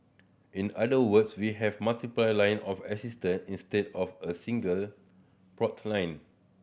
in other words we have multiple line of assistance instead of a single port line